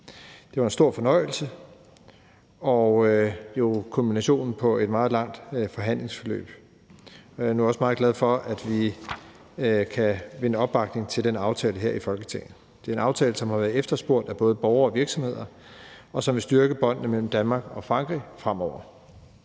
Det var en stor fornøjelse og kulminationen på et meget langt forhandlingsforløb. Jeg er nu også meget glad for, at vi kan vinde opbakning til den aftale her i Folketinget. Det er en aftale, som har været efterspurgt af både borgere og virksomheder, og som vil styrke båndene mellem Danmark og Frankrig fremover.